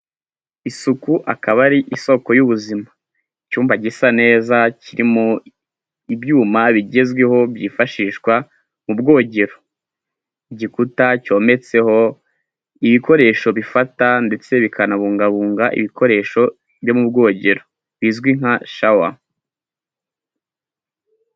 Isuku akaba ari isoko y'ubuzima, icyumba gisa neza kirimo ibyuma bigezweho byifashishwa mu bwogero. Igikuta cyometseho ibikoresho bifata ndetse bikanabungabunga ibikoresho byo mu bwogero bizwi nka shawa.